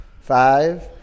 Five